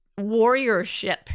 warriorship